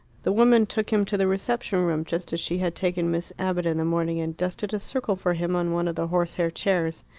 the woman took him to the reception-room, just as she had taken miss abbott in the morning, and dusted a circle for him on one of the horsehair chairs.